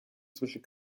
zwischen